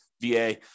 VA